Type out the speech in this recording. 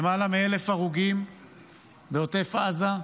למעלה מ-1,000 הרוגים בעוטף עזה,